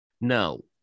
No